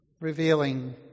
revealing